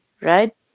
right